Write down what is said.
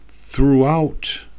throughout